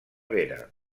vera